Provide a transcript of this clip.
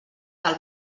del